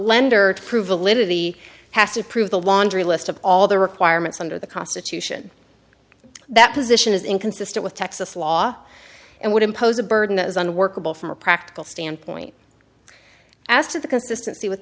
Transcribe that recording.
lender to prove a little he has to prove the laundry list of all the requirements under the constitution that position is inconsistent with texas law and would impose a burden that is unworkable from a practical standpoint as to the consistency with